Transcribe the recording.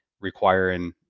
requiring